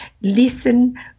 listen